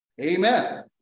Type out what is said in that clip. amen